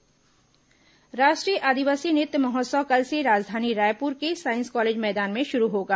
आदिवासी नृत्य महोत्सव राष्ट्रीय आदिवासी नृत्य महोत्सव कल से राजधानी रायपुर के साईस कॉलेज मैदान में शुरू होगा